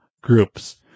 groups